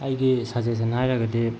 ꯑꯩꯒꯤ ꯁꯖꯦꯁꯟ ꯍꯥꯏꯔꯒꯗꯤ